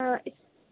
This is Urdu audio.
ہاں